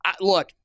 look